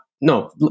no